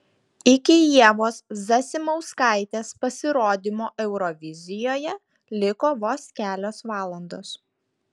iki ievos zasimauskaitės pasirodymo eurovizijoje liko vos kelios valandos